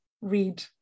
read